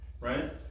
Right